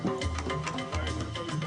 וואלה, אתה שאקל.